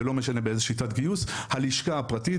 ולא משנה באיזו שיטת גיוס הלשכה הפרטית,